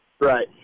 Right